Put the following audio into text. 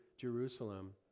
Jerusalem